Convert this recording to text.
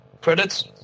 Credits